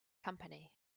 company